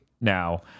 now